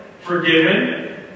forgiven